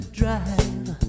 drive